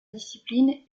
discipline